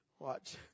Watch